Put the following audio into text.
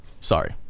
Sorry